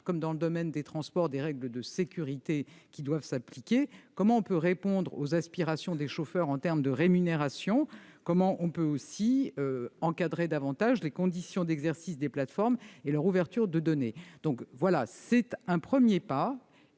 notamment dans le domaine des transports où des règles de sécurité doivent s'appliquer, comment répondre aux aspirations des chauffeurs en termes de rémunération, comment encadrer davantage les conditions d'exercice des plateformes et leur ouverture de données ? Il s'agit là d'un premier pas.